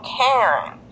Karen